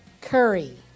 curry